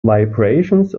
vibrations